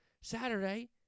Saturday